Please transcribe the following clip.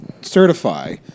certify